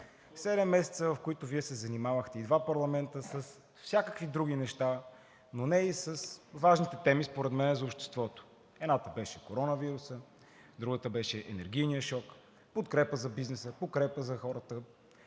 месеца, в които Вие се занимавахте, и два парламента, с всякакви други неща, но не и с важните теми според мен за обществото. Едната беше коронавирусът, другата беше енергийният шок, подкрепа за бизнеса, подкрепа за хората,